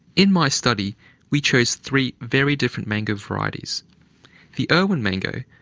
in my study we chose three very different mango varieties the irwin mango,